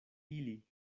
ili